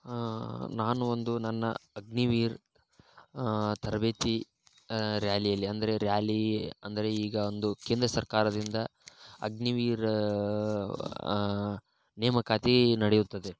ನಾನು ಒಂದು ನನ್ನ ಅಗ್ನಿವೀರ್ ತರಬೇತಿ ರ್ಯಾಲಿಯಲ್ಲಿ ಅಂದರೆ ರ್ಯಾಲಿ ಅಂದರೆ ಈಗ ಒಂದು ಕೇಂದ್ರ ಸರ್ಕಾರದಿಂದ ಅಗ್ನಿವೀರ್ ನೇಮಕಾತಿ ನಡೆಯುತ್ತದೆ